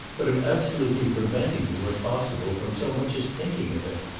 but of absolutely preventing you, if possible, from so much as thinking of it.